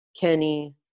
Kenny